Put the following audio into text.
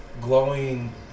glowing